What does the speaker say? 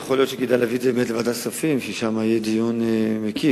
יכול להיות שכדאי להביא את זה לוועדת הכספים ושם יהיה דיון מקיף.